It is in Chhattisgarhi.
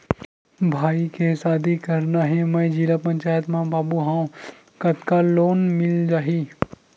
भाई के शादी करना हे मैं जिला पंचायत मा बाबू हाव कतका लोन मिल जाही?